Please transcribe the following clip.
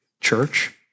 Church